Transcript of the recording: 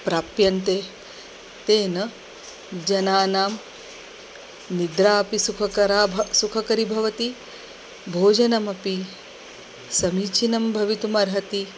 प्राप्यन्ते तेन जनानां निद्रापि सुखकरा भ सुखकरी भवति भोजनमपि समीचीनं भवितुम् अर्हति